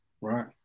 right